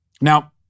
Now